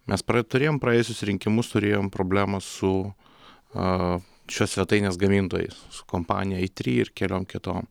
mes pra turėjom praėjusius rinkimus turėjome problemą su aa šios svetainės gamintojais su kompanija eitri ir keliom kitom